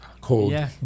called